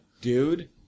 dude